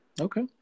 Okay